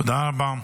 תודה רבה.